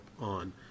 on